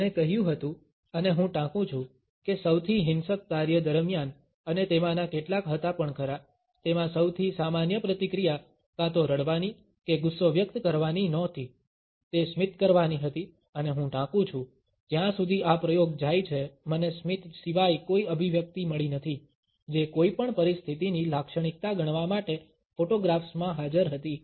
તેણે કહ્યું હતું અને હું ટાંકું છું કે સૌથી હિંસક કાર્ય દરમિયાન અને તેમાંના કેટલાક હતા પણ ખરા તેમા સૌથી સામાન્ય પ્રતિક્રિયા કાં તો રડવાની કે ગુસ્સો વ્યક્ત કરવાની નહોતી તે સ્મિત કરવાની હતી અને હું ટાંકું છું જ્યાં સુધી આ પ્રયોગ જાય છે મને સ્મિત સિવાય કોઈ અભિવ્યક્તિ મળી નથી જે કોઈપણ પરિસ્થિતિની લાક્ષણિકતા ગણવા માટે ફોટોગ્રાફ્સમાં હાજર હતી